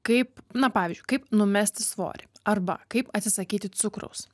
kaip na pavyzdžiui kaip numesti svorį arba kaip atsisakyti cukraus